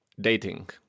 dating